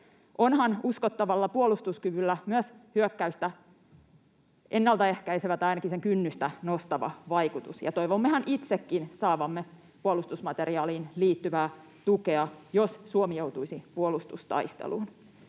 onhan uskottavalla puolustuskyvyllä myös hyökkäystä ennaltaehkäisevä tai ainakin sen kynnystä nostava vaikutus ja toivommehan itsekin saavamme puolustusmateriaaliin liittyvää tukea, jos Suomi joutuisi puolustustaisteluun.